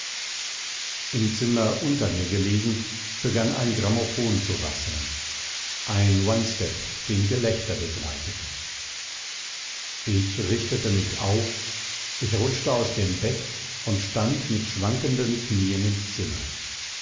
im zimmer unter mir gelegen begann ein grammophon zu rasseln ein onestep den gelächter begleitete ich richtete mich auf ich rutschte aus dem bett und stand mit schwankenden knien im zimmer